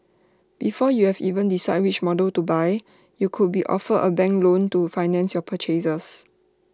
before you've even decided which models to buy you could be offered A banking loan to finance your purchase